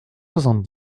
soixante